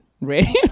ready